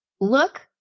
look